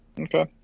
Okay